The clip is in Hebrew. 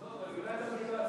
והנצחה)